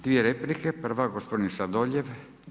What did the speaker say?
Dvije replike, prva gospodin Sladoljev.